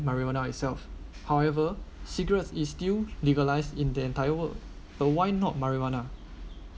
marijuana itself however cigarettes is still legalised in the entire world ah why not marijuana